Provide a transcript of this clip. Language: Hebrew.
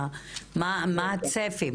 מה הצפי?